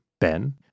Ben